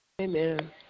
Amen